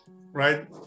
right